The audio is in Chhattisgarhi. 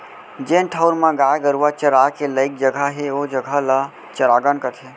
जेन ठउर म गाय गरूवा चराय के लइक जघा हे ओ जघा ल चरागन कथें